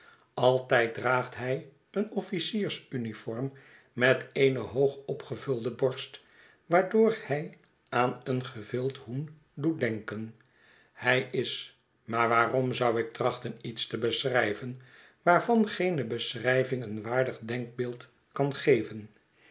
altijd draagt hij een ofnciers uniform met eene hoogopgevulde borst waardoor hij aan een gevild hoen doet denken hij is maar waarom zou ik trachten iets te beschrijven waarvan geene beschrijving een waardig denkbeeld kan geven